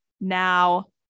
now